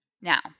Now